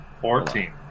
Fourteen